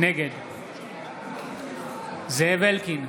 נגד זאב אלקין,